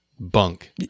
bunk